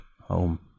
home